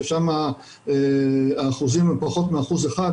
ששם האחוזים הם פחות מ-1%,